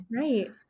Right